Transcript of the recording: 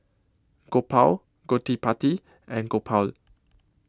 Gopal Gottipati and Gopal